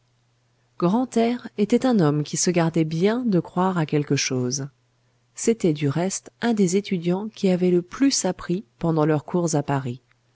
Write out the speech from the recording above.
grantaire était un homme qui se gardait bien de croire à quelque chose c'était du reste un des étudiants qui avaient le plus appris pendant leurs cours à paris